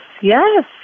yes